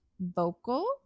Vocal